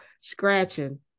scratching